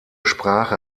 sprache